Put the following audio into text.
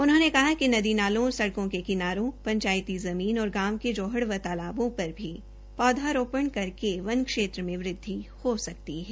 उन्होंने कहा कि नदी नालों और सड़कों के किनारों पंचायती ज़मीन और गांव के जोहड़ व तालबों पर भी पौधारोपण करके वन क्षेत्र में वृद्धि हो सकती है